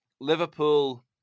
Liverpool